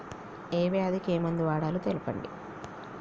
ఏ వ్యాధి కి ఏ మందు వాడాలో తెల్పండి?